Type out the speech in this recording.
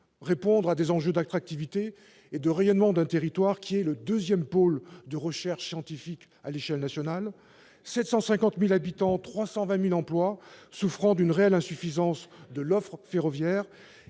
répondre aux objectifs d'attractivité et de rayonnement d'un territoire qui est le deuxième pôle de recherche scientifique à l'échelle nationale. Par ailleurs, ce sont 750 000 habitants et 320 000 emplois qui souffrent d'une réelle insuffisance de l'offre ferroviaire